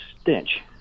stench